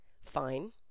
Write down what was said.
Fine